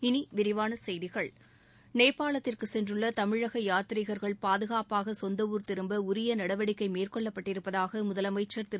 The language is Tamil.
இனி விரிவான செய்திகள் நேபாளத்திற்கு சென்றுள்ள தமிழகயாத்ரீகர்கள் பாதுகாப்பாக சொந்த ஊர் திரும்ப உரிய நடவடிக்கைமேற்கொள்ளப்பட்டிருப்பதாக முதலமைச்சர் திரு